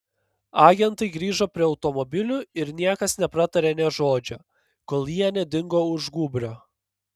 agentai grįžo prie automobilių ir niekas nepratarė nė žodžio kol jie nedingo už gūbrio